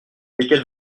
lesquels